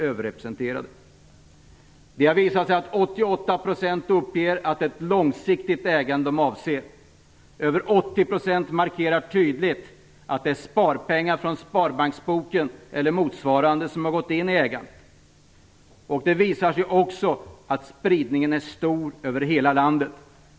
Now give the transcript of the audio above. Det har visat sig att 88 % uppger att det är ett långsiktigt ägande de avser. Över 80 % markerar tydligt att det är sparpengar från sparbanksboken eller motsvarande som har satts in i ägandet. Det visar sig också att spridningen är stor över hela landet.